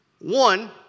One